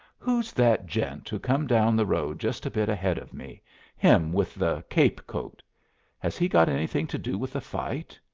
who's that gent who come down the road just a bit ahead of me him with the cape-coat has he got anything to do with the fight?